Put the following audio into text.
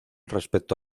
respecto